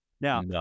Now